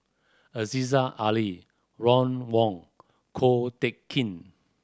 Aziza Ali Ron Wong Ko Teck Kin